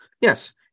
yes